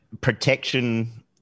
protection